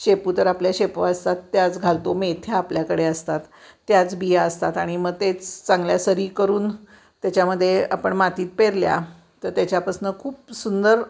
शेपू तर आपल्या शेपं असतात त्याच घालतो मेथ्या आपल्याकडे असतात त्याच बिया असतात आणि मग तेच चांगल्या सरी करून त्याच्यामध्ये आपण मातीत पेरल्या तर त्याच्यापासून खूप सुंदर